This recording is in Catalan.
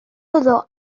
rodó